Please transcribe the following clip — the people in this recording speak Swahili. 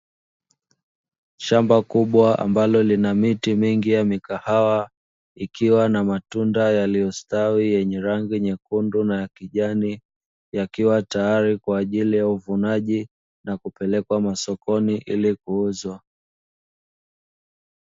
Shamba kubwa ambalo lina miti mingi ya mikahawa, ikiwa na matunda yaliyostawi yenye rangi nyekundu na ya kijani, yakiwa tayari kwa ajili ya uvunaji na kupelekwa masokoni ili kuuzwa.